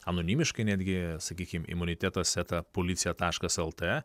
anonimiškai netgi sakykime imunitetas eta policija taškas el t